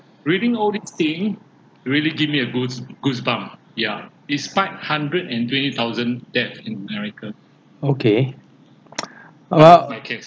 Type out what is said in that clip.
okay err